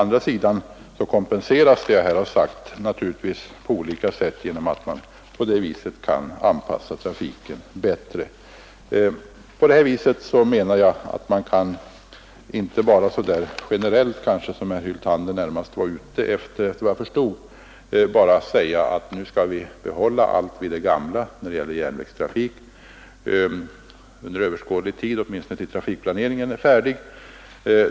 Vidare blir det naturligtvis en kompensation genom att man på detta vis kan anpassa trafiken bättre. Jag menar alltså att man inte så generellt som herr Hyltander, såvitt jag förstod, ville göra kan säga att nu skall vi behålla allt vid det gamla när det gäller järnvägstrafiken under överskådlig tid, åtminstone tills trafikplaneringen är färdig.